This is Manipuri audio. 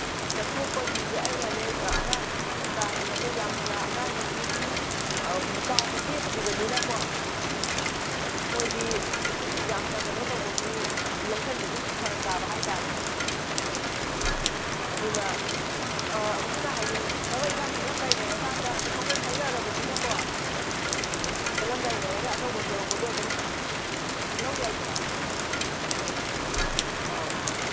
ꯆꯠꯊꯣꯛꯄꯒꯤꯁꯦ ꯑꯩꯅꯅꯦ ꯑꯉꯥꯡꯗꯤ ꯁꯨꯝ ꯀꯥ ꯍꯦꯟꯅ ꯆꯠꯊꯣꯛꯑꯣꯏ ꯌꯥꯝꯅ ꯑꯉꯥꯡꯒꯤꯗꯤ ꯁꯨꯝ ꯆꯥꯎꯕ ꯂꯦꯞꯇ꯭ꯔꯤꯕꯅꯤꯅꯀꯣ ꯃꯣꯏꯗꯤ ꯌꯥꯝꯅ ꯀꯩꯅꯣ ꯇꯧꯕꯁꯨ ꯂꯩꯁꯤꯟꯕꯁꯨ ꯐꯔꯛ ꯇꯥꯕ ꯍꯥꯏ ꯇꯥꯔꯦ ꯑꯗꯨꯅ ꯑꯗꯨꯅ ꯍꯌꯦꯡ ꯊꯕꯛ ꯏꯟꯈꯥꯡ ꯆꯠꯂꯝꯗꯥꯏ ꯂꯩꯔꯀꯥꯟꯗ ꯑꯗꯨꯝ ꯑꯩꯈꯣꯏ ꯈꯪꯅꯔꯕꯅꯤꯅꯀꯣ ꯆꯠꯂꯝꯗꯥꯏ ꯂꯩꯔꯒ ꯑꯅꯧꯕ ꯊꯣꯛꯂꯛꯄꯗꯣ ꯑꯗꯨꯝ ꯂꯧ ꯌꯥꯏꯗꯅ ꯎꯝ ꯑꯧ